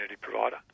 provider